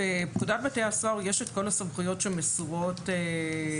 בפקודת בתי הסוהר יש את כל הסמכויות שמסורות לסוהר.